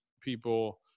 people